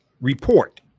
Report